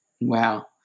Wow